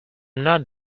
not